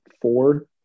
four